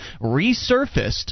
resurfaced